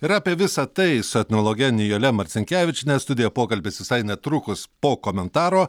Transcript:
ir apie visa tai su etnologe nijole marcinkevičiene studijoj pokalbis visai netrukus po komentaro